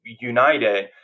united